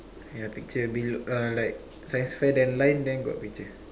yeah picture below uh like science fair then line then got picture